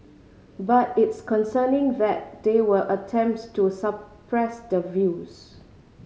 but it's concerning that there were attempts to suppress the views